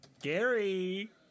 gary